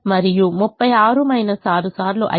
మరియు 36 6 సార్లు 530 అంటే 6